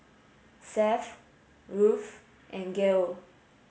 Seth Ruth and Gil